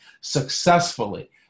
successfully